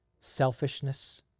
Selfishness